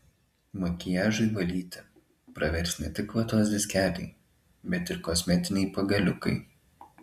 makiažui valyti pravers ne tik vatos diskeliai bet ir kosmetiniai pagaliukai